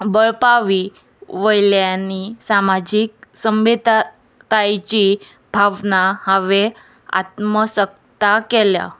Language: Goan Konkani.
बरपावी वयल्यांनी सामाजीक संम्मेताय तायेची भावना हांवें आत्मसक्ता केल्या